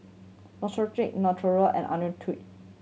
Neostrata Natura and Ionil